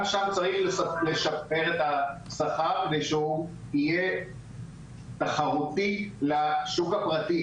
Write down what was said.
גם שם צריך לשפר את השכר ושהוא יהיה תחרותי לשוק הפרטי.